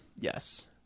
yes